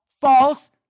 False